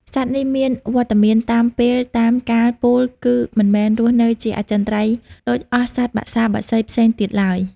សត្វនេះ មានវត្តមានតាមពេលតាមកាលពោលគឺមិនមែនរស់នៅជាអចិន្ត្រៃយ៍ដូចអស់សត្វបក្សាបក្សីផ្សេងទៀតឡើយ។